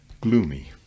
gloomy